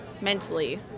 mentally